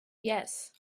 yes